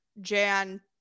Jan